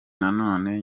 nanone